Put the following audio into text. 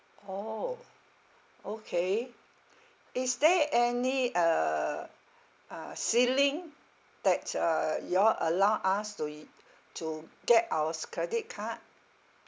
orh okay is there any uh uh ceiling that uh you all allow us to y~ to get ours credit card